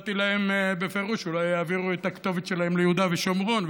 הצעתי להם בפירוש: אולי יעבירו את הכתובת שלהם ליהודה ושומרון,